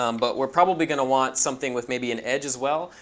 um but we're probably going to want something with maybe an edge as well,